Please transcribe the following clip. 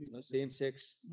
same-sex